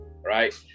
right